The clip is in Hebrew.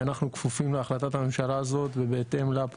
אנחנו כפופים להחלטת הממשלה הזאת ופועלים בהתאם לה.